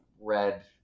red